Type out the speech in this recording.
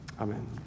Amen